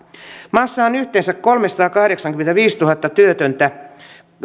maassa on yhteensä kolmesataakahdeksankymmentäviisituhatta työtöntä